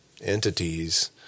entities